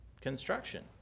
construction